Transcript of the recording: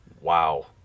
Wow